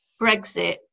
Brexit